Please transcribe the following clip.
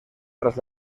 tras